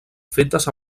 fetes